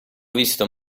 visto